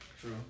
True